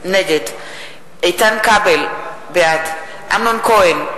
נגד איתן כבל, בעד אמנון כהן,